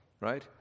Right